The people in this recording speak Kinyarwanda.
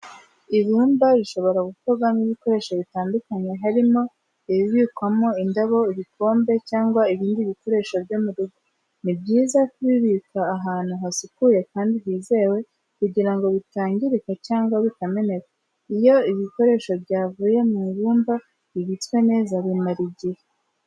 Ibumba rishobora gukorwamo ibikoresho bitandukanye, harimo ibibikwamo indabo, ibikombe, cyangwa ibindi bikoresho byo mu rugo. Ni byiza kubibika ahantu hasukuye kandi hizewe, kugira ngo bitangirika cyangwa bikameneka. Iyo ibikoresho byavuye mu ibumba bibitswe neza bimara igihe.